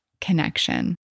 connection